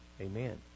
amen